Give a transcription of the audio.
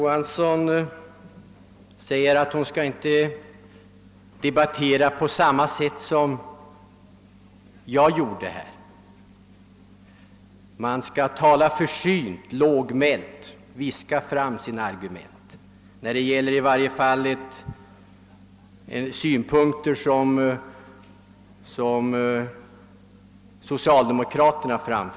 Herr talman! Fru Johansson anmärkte på mitt sätt att debattera; man skulle tala försynt och lågmält och viska fram sina argument, i varje fall när man framför synpunkter som är kritiska mot socialdemokraternas förslag.